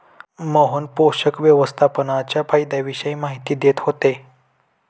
मोहन पोषक व्यवस्थापनाच्या फायद्यांविषयी माहिती देत होते